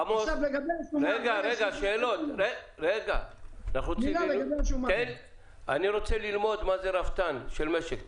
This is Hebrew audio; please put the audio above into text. עמוס, רגע, אני רוצה ללמוד מה זה רפתן של משק.